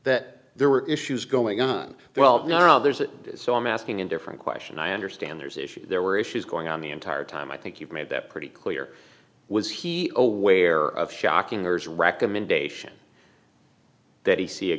that there were issues going on well you know there's that so i'm asking a different question i understand there's issues there were issues going on the entire time i think you've made that pretty clear was he aware of shocking there's recommendation that he see a